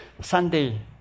Sunday